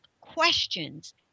questions